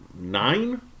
nine